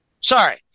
Sorry